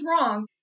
wrong